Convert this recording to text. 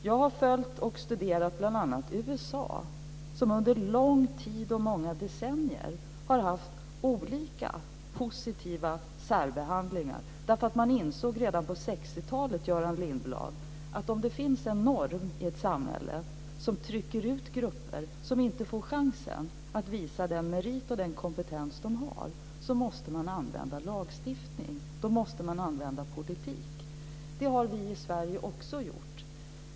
Jag har följt och studerat bl.a. USA, som under lång tid, många decennier, har haft olika metoder för positiv särbehandling. Man insåg redan på 60-talet, Göran Lindblad, att om det finns en norm i ett samhälle som trycker ut grupper och som inte får chansen att visa den merit och kompetens de har, måste man använda lagstiftning och politik. Det har vi i Sverige också gjort.